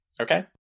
Okay